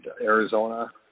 arizona